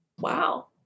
wow